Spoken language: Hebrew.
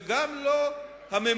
וגם לא הממשלה,